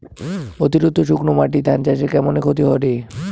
অতিরিক্ত শুকনা মাটি ধান চাষের কেমন ক্ষতি করে?